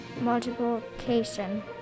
multiplication